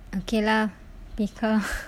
okay lah pika